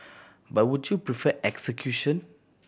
but would you prefer execution